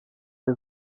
wir